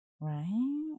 Right